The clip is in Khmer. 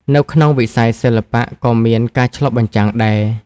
នៅក្នុងវិស័យសិល្បៈក៏មានការឆ្លុះបញ្ចាំងដែរ។